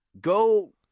Go